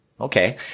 Okay